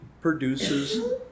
produces